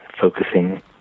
focusing